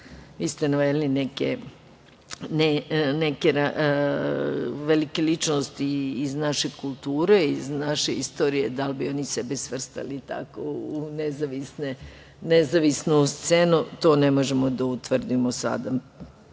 ste naveli neke velike ličnosti iz naše kulture, iz naše istorije, da li bi oni sebe svrstali u tako nezavisnu scenu, to ne možemo da utvrdimo sada,